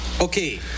okay